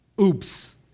Oops